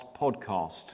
podcast